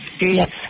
Yes